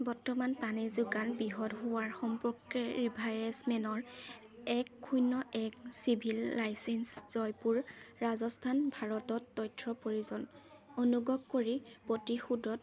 বৰ্তমান পানী যোগান ব্যাহত হোৱা সম্পৰ্কে ৰিভাৰেচমেনৰ এক শূন্য এক চিভিল লাইচেঞ্চ জয়পুৰ ৰাজস্থান ভাৰতত তথ্যৰ প্ৰয়োজন অনুগ্ৰহ কৰি প্ৰতিশোধত